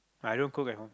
i don't cook at home